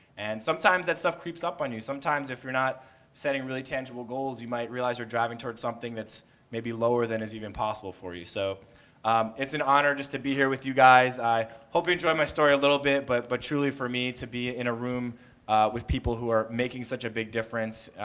and sometimes that stuff creeps up on you. sometimes if you are not setting really tangible goals you might realize you are driving towards something that is maybe lower than is even possible for you. so it's an honor just to be here with you guys. i hope you enjoyed my story a little bit. but, but truly, for me to be in a room with people who are making such a big difference,